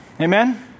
Amen